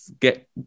get